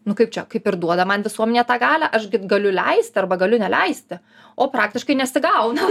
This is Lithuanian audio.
nu kaip čia kaip ir duoda man visuomenė tą galią aš galiu leist arba galiu neleisti o praktiškai nesigauna